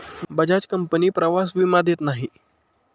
Bajaj company प्रवास विमा देत नाही